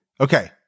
okay